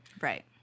right